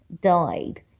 died